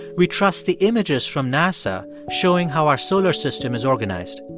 we trust the images from nasa showing how our solar system is organized.